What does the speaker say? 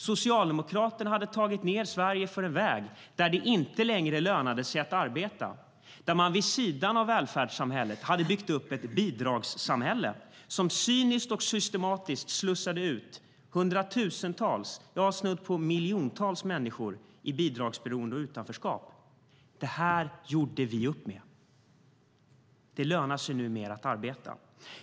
Socialdemokraterna hade fört in Sverige på en väg där det inte längre lönade sig att arbeta, där man vid sidan av välfärdssamhället hade byggt upp ett bidragssamhälle som cyniskt och systematiskt slussade ut hundratusentals, snudd på miljontals, människor i bidragsberoende och utanförskap. Detta gjorde vi upp med. Det lönar sig numera att arbeta.